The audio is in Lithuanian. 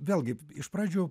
vėlgi iš pradžių